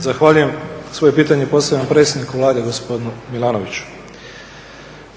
Zahvaljujem. Svoje pitanje postavljam predsjedniku Vlade gospodinu Milanoviću.